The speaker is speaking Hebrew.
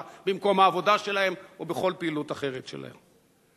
במקום העבודה שלהן או בכל פעילות אחרת שלהן?